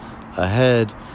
ahead